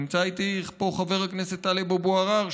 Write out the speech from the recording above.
נמצא איתי פה חבר הכנסת טלב אבו עראר,